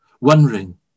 Wondering